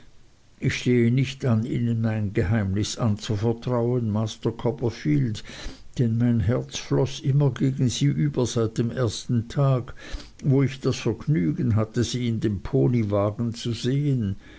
ich stehe nicht an ihnen mein geheimnis anzuvertrauen master copperfield denn mein herz floß immer gegen sie über seit dem ersten tag wo ich das vergnügen hatte sie in dem ponywagen zu sehen